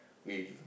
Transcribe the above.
we